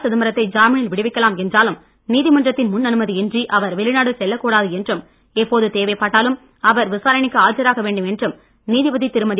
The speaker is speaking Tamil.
சிதம்பரத்தை ஜாமினில் விடுவிக்கலாம் என்றாலும் நீதிமன்றத்தின் முன் அனுமதி இன்றி அவர் வெளிநாடு செல்லக் கூடாது என்றும் எப்போது தேவைப்பட்டாலும் அவர் விசாரணைக்கு ஆஜராக வேண்டும் என்றும் நீதிபதி திருமதி